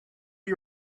you